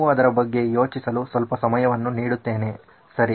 ನೀವು ಅದರ ಬಗ್ಗೆ ಯೋಚಿಸಲು ಸ್ವಲ್ಪ ಸಮಯವನ್ನು ನೀಡುತ್ತೇನೆ ಸರಿ